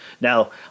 Now